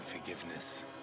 forgiveness